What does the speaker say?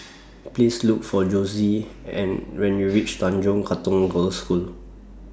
Please Look For Josie and when YOU REACH Tanjong Katong Girls' School